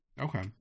Okay